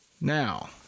Now